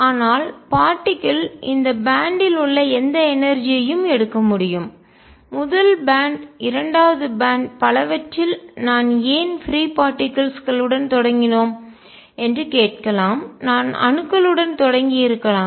ஆனால் பார்ட்டிக்கல் துகள் இந்த பேன்ட் பட்டை இல் உள்ள எந்த எனர்ஜியையும்ஆற்றல் எடுக்க முடியும் முதல் பேன்ட் பட்டை இரண்டாவது பேன்ட் பட்டைமற்றும் பலவற்றில் நான் ஏன் பீரி பார்ட்டிக்கல் துகள் களுடன் தொடங்கினேன் என்று கேட்கலாம் நான் அணுக்களுடன் தொடங்கியிருக்கலாம்